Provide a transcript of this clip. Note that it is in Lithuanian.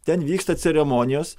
ten vyksta ceremonijos